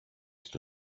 στο